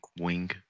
wing